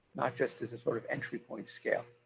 not just as a sort of entry point scale.